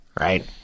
Right